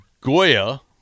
Goya